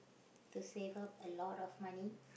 to save up a lot of money